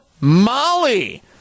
Molly